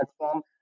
platform